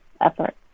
effort